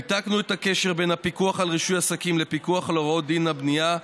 ניתקנו את הקשר בין הפיקוח על רישוי עסקים לפיקוח על הוראות דין הבנייה,